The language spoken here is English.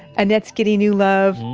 annette's getting new love.